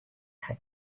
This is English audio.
had